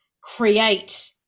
create